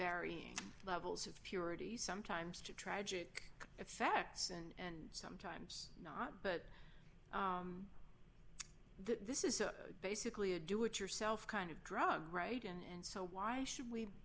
varying levels of purity sometimes to tragic effects and sometimes not but this is a basically a do it yourself kind of drug right and so why should we